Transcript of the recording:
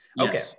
Okay